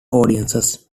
audiences